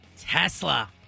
Tesla